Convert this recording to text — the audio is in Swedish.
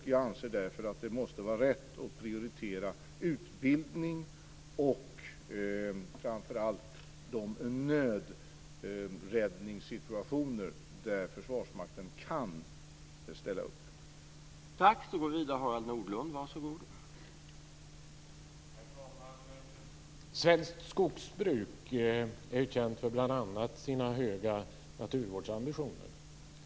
Jag anser därför att det måste vara rätt att prioritera utbildning och framför allt de nödräddningssituationer där Försvarsmakten kan ställa upp.